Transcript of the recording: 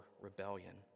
rebellion